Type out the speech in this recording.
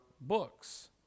books